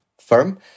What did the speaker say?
firm